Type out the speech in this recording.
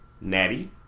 Natty